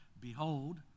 behold